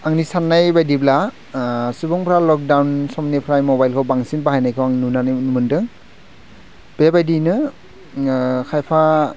आंनि साननाय बायदिब्ला सुबुंफोरा लकडाउन समनिफ्राय मबाइलखौ बांसिन बाहायनायखौ आं नुनानै मोनदों बेबायदिनो खायफा